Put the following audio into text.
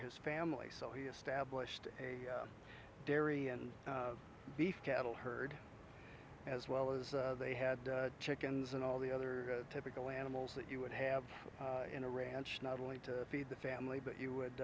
his family so he established a dairy and beef cattle herd as well as they had chickens and all the other typical animals that you would have in a ranch not only to feed the family but you would